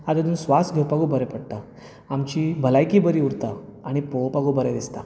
आतां तितूुन स्वास घेवपाकय बरें पडटा आमची भलायकी बरी उरतां आनी पळोवपाकुय बरें दिसतां